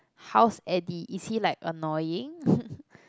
how's Eddie is he like annoying